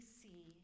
see